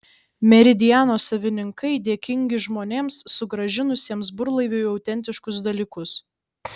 meridiano savininkai dėkingi žmonėms sugrąžinusiems burlaiviui autentiškus dalykus